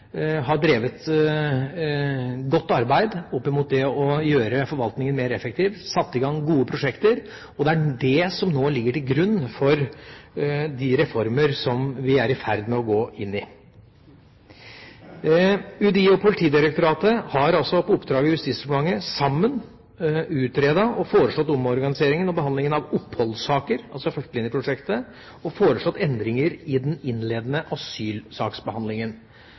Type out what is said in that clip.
har drevet godt arbeid opp mot det å gjøre forvaltningen mer effektiv, satt i gang gode prosjekter, og det er dét som nå ligger til grunn for de reformer som vi er i ferd med å gå inn i. UDI og Politidirektoratet har – på oppdrag fra Justisdepartementet – sammen utredet og foreslått omorganisering av behandlingen av oppholdssaker, altså førstelinjeprosjektet, og foreslått endringer i den innledende asylsaksbehandlingen,